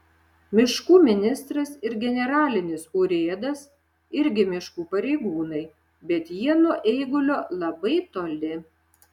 miškų ministras ir generalinis urėdas irgi miškų pareigūnai bet jie nuo eigulio labai toli